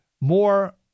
more